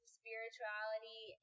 spirituality